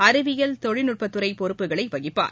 அறிவியல் தொழில்நுட்பத் துறை பொறுப்புகளையும் வகிப்பார்